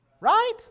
right